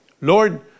Lord